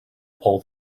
pull